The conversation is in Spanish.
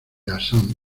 assam